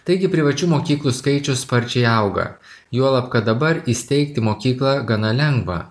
taigi privačių mokyklų skaičius sparčiai auga juolab kad dabar įsteigti mokyklą gana lengva